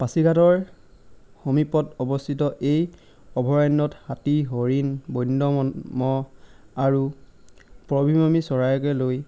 পাছিঘাটৰ সমীপত অৱস্থিত এই অভয়াৰণ্যত হাতী হৰিণ বন্য ম'হ আৰু পৰিভ্ৰমী চৰাইকে লৈ